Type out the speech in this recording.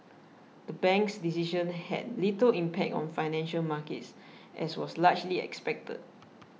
the bank's decision had little impact on financial markets as was largely expected